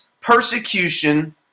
persecution